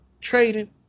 trading